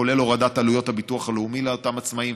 כולל הורדת עלויות הביטוח הלאומי לאותם עצמאים,